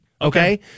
Okay